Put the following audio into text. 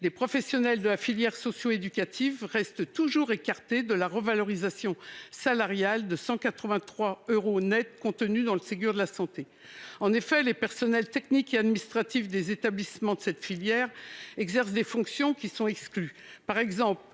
des professionnels de la filière socio-éducative restent toujours écartés de la revalorisation salariale de 183 euros nets prévue dans le Ségur de la santé. En effet, les personnels techniques et administratifs des établissements de la filière socio-éducative exercent des fonctions qui sont exclues